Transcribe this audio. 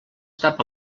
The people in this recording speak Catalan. tapa